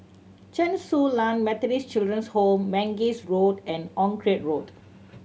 Chen Su Lan Methodist Children's Home Mangis Road and Onraet Road